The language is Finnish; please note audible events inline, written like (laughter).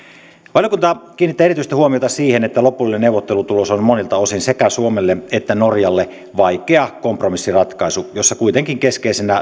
valiokunta kiinnittää erityistä huomiota siihen että lopullinen neuvottelutulos on monilta osin sekä suomelle että norjalle vaikea kompromissiratkaisu jossa kuitenkin keskeisenä (unintelligible)